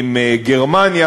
עם גרמניה.